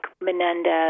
Menendez